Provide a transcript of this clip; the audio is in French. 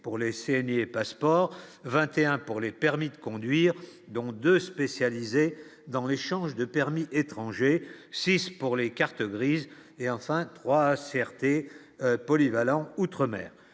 pour laisser passeport 21 pour les permis de conduire, dont 2, spécialisé dans l'échange de permis 6 pour les cartes grises et enfin 3 CRT polyvalent outre-mer